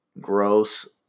gross